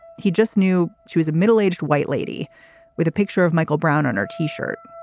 he just knew she was a middle aged white lady with a picture of michael brown on her t shirt,